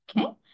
okay